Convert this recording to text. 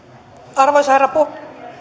arvoisa herra puhemies turvallisuuspolitiikka on